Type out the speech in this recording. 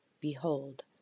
Behold